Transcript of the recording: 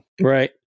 Right